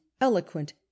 eloquent